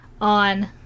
on